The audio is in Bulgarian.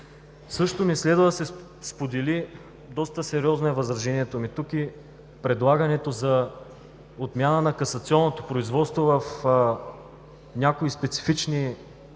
Също не следва да се сподели – доста сериозно е възражението ми тук – предлаганата отмяна на касационното производство в някои специфични